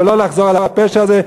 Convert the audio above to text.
ולא לחזור על הפשע הזה.